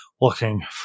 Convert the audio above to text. looking